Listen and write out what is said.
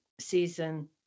season